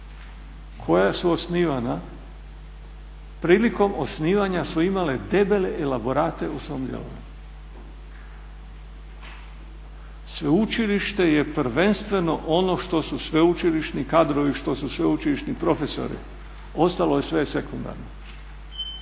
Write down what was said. koja su osnivana prilikom osnivanja su imale debele elaborate u svom djelovanju. Sveučilište je prvenstveno ono što su sveučilišni kadrovi, što su sveučilišni profesori, ostalo je sve sekundarno.